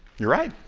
you're right,